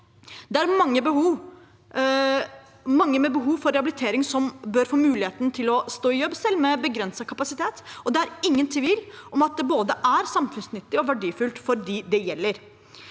Det er mange med behov for rehabilitering som bør få muligheten til å stå i jobb, selv med begrenset kapasitet, og det er ingen tvil om at det er både samfunnsnyttig og verdifullt for dem det gjelder.